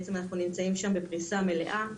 בעצם אנחנו נמצאים שם בפריסה מלאה.